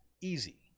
easy